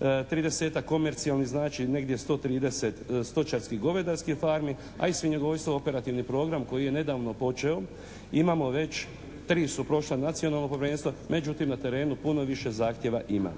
30-tak komercijalnih, znači negdje 130 stočarskih, govedarskih farmi a i svinjogojstvo operativni program koji je nedavno počeo. Imamo već 3 su prošla već nacionalna povjerenstva međutim na terenu puno više zahtjeva ima.